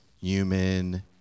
human